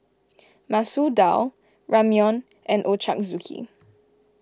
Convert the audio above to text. Masoor Dal Ramyeon and Ochazuke